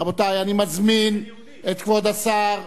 רבותי, אני מזמין את כבוד השר